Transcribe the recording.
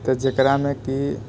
तऽ जकरामे कि